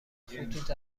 خطوط